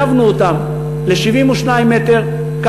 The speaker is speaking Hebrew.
הסבנו אותם ל-72 מ"ר,